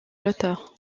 l’auteur